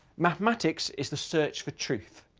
mathematics is the search for truth.